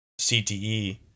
CTE